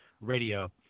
Radio